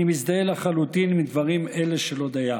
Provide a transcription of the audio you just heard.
אני מזדהה לחלוטין עם דברים אלה של הודיה.